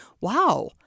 wow